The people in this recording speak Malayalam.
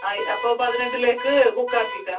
ആയി അപ്പോൾ പതിനെട്ടിലേക്ക് ബുക്ക് ആക്കി കേട്ടോ